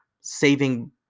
saving